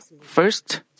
First